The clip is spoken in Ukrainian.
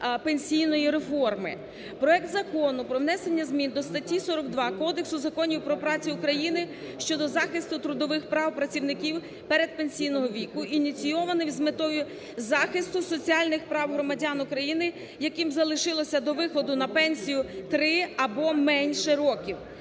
пенсійної реформи. Проект Закону про внесення змін до статті 42 Кодексу Законів "Про працю" України (щодо захисту трудових прав працівників передпенсійного віку) ініційований з метою захисту соціальних прав громадян України, яким залишилося до виходу на пенсію три або менше років.